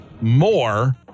more